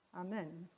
Amen